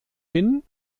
hin